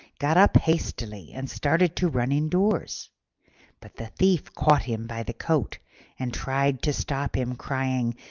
got up hastily and started to run indoors but the thief caught him by the coat and tried to stop him, crying,